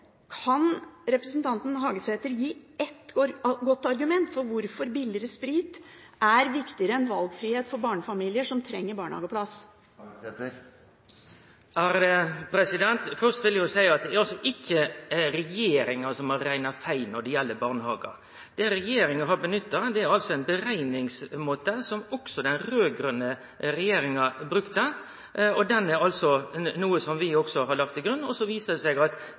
kan representanten Hagesæter gi ett godt argument for hvorfor billigere sprit er viktigere enn valgfrihet for barnefamilier som trenger barnehageplass? Først vil eg seie at det er ikkje regjeringa som har rekna feil når det gjeld barnehagar. Det regjeringa har nytta og lagt til grunn, er ein berekningsmåte som også den raud-grøne regjeringa brukte. Så viser det seg at den måten ikkje er så god som han burde vere. Han gir rett og slett eit feil resultat. Derfor er det